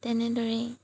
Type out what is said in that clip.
তেনেদৰেই